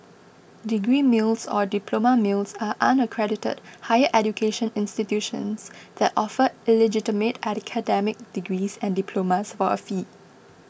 degree mills or diploma mills are unaccredited higher education institutions that offer illegitimate academic degrees and diplomas for a fee